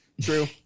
True